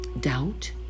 doubt